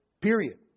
period